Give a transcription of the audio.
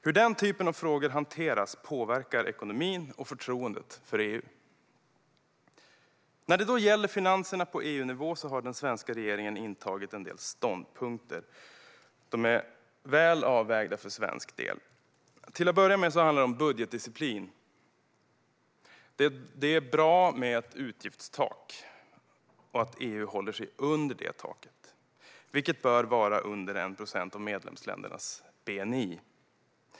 Hur den typen av frågor hanteras påverkar ekonomin i och förtroendet för EU. När det gäller finanserna på EU-nivå har den svenska regeringen intagit en del ståndpunkter, och de är väl avvägda för svensk del. Till att börja med handlar det om budgetdisciplin. Det är bra med ett utgiftstak och att EU håller sig under det taket, vilket bör vara under 1 procent av medlemsländernas bni.